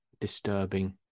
disturbing